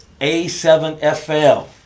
A7FL